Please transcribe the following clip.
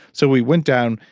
so, we went down.